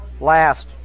last